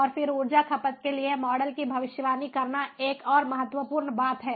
और फिर ऊर्जा खपत के लिए मॉडल की भविष्यवाणी करना एक और महत्वपूर्ण बात है